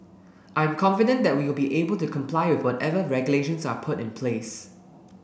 I am confident that we'll be able to comply with whatever regulations are put in place